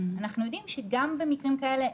אנחנו יודעים שגם במקרים כאלה,